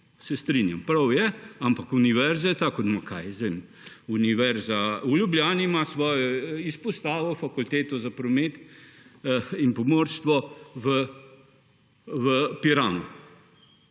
se strinjam. Prav je. Ampak univerze, tako kot je na primer Univerza v Ljubljani, ima svojo izpostavo Fakulteto za promet in pomorstvo v Piranu.